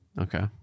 Okay